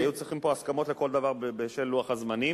היו צריכות פה הסכמות לכל דבר בשל לוח הזמנים,